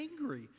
angry